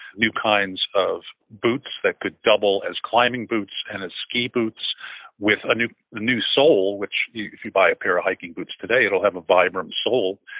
new kinds of boots that could double as climbing boots and as ski boots with a new sole, which if you buy a pair of hiking boots today, it'll have a vibram sole,